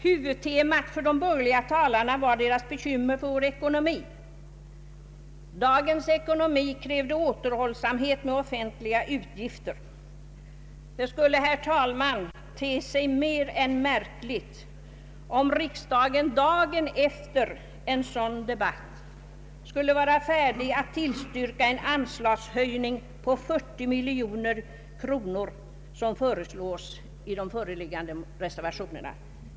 Huvudtemat för de borgerliga talarna var deras bekymmer för vår ekonomi; dagens ekonomi krävde återhållsamhet med offentliga utgifter. Det skulle, herr talman, te sig mer än märkligt om riksdagen dagen efter en sådan debatt vore beredd att tillstyrka en anslagshöjning på 40 miljoner kronor, som föreslås i de föreliggande reservationerna.